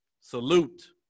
salute